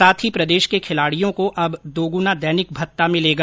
साथ ही प्रदेश के खिलाड़ियों को अब दोगुना दैनिक भत्ता मिलेगा